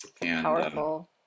Powerful